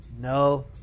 No